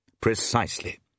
Precisely